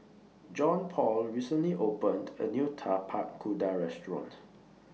Johnpaul recently opened A New Tapak Kuda Restaurant